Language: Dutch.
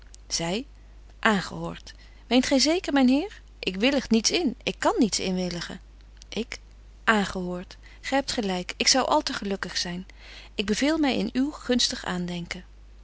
zy aangehoort meent gy zeker myn heer ik willig niets in ik kan niets inwilligen ik aangehoort gy hebt gelyk ik zou al te gelukkig zyn ik beveel my in uw gunstig aandenken